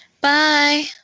Bye